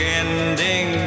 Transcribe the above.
ending